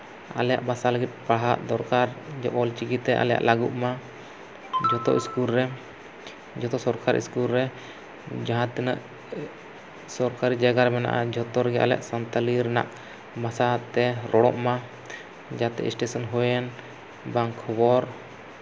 ᱟᱞᱮᱭᱟᱜ ᱵᱷᱟᱥᱟ ᱞᱟᱹᱜᱤᱫ ᱯᱟᱲᱦᱟᱜ ᱫᱚᱨᱠᱟᱨ ᱡᱮ ᱚᱞᱪᱤᱠᱤ ᱛᱮ ᱟᱞᱮᱭᱟᱜ ᱞᱟᱹᱜᱩᱜ ᱢᱟ ᱡᱷᱚᱛᱚ ᱥᱠᱩᱞ ᱨᱮ ᱡᱚᱛᱚ ᱥᱚᱨᱠᱟᱨᱤ ᱥᱠᱩᱞ ᱨᱮ ᱡᱟᱦᱟᱸ ᱛᱤᱱᱟᱹᱜ ᱥᱚᱨᱠᱟᱨᱤ ᱡᱟᱭᱜᱟ ᱨᱮ ᱢᱮᱱᱟᱜᱼᱟ ᱡᱷᱚᱛᱚ ᱨᱮᱜᱮ ᱟᱞᱮᱭᱟᱜ ᱥᱟᱱᱛᱟᱲᱤ ᱨᱮᱱᱟᱜ ᱵᱷᱟᱥᱟ ᱛᱮ ᱨᱚᱲᱚᱜ ᱢᱟ ᱡᱟᱛᱮ ᱥᱴᱮᱥᱚᱱ ᱦᱩᱭᱮᱱ ᱵᱟᱝ ᱠᱷᱚᱵᱚᱨ